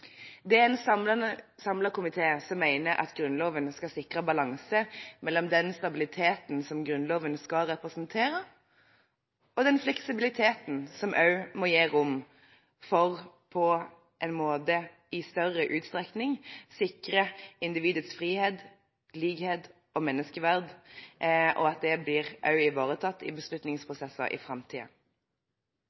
Det er en samlet komité som mener at Grunnloven skal sikre balanse mellom den stabiliteten som Grunnloven skal representere, og den fleksibiliteten som også må gi rom for i større utstrekning å sikre individets frihet, likhet og menneskeverd, og at det også blir ivaretatt i beslutningsprosesser i